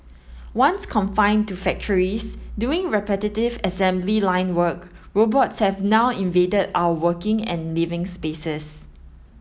once confined to factories doing repetitive assembly line work robots have now invaded our working and living spaces